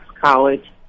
College